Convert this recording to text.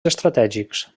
estratègics